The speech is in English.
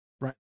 Right